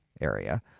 area